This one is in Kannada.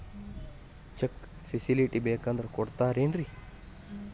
ಚೆಕ್ ಫೆಸಿಲಿಟಿ ಬೇಕಂದ್ರ ಕೊಡ್ತಾರೇನ್ರಿ?